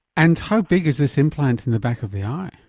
and how big is this implant in the back of the eye?